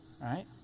right